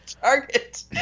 target